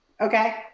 okay